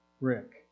Rick